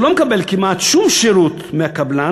שלא מקבל כמעט שום שירות מעורך-הדין,